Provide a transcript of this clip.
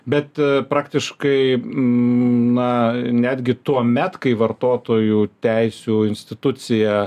bet praktiškai na netgi tuomet kai vartotojų teisių institucija